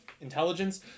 intelligence